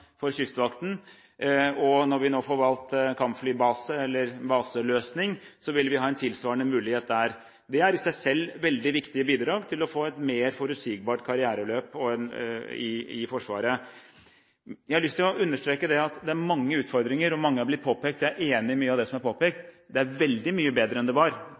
for Kystvakten. Og når vi nå får valgt kampflybase eller baseløsning, vil vi ha en tilsvarende mulighet der. Det er i seg selv veldig viktige bidrag for å få et mer forutsigbart karriereløp i Forsvaret. Jeg har lyst til å understreke at det er mange utfordringer, og mange er påpekt. Jeg er enig i mye av det som er påpekt. Det er veldig mye bedre enn det var.